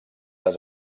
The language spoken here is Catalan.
les